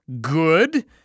good